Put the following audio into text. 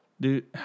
dude